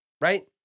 right